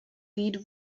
lead